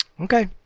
Okay